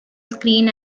screen